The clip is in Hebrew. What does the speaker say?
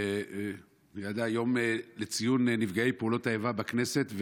זה יום לציון נפגעי פעולות האיבה בכנסת,